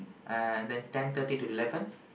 uh then ten thirty to eleven